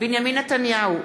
בנימין נתניהו,